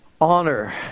Honor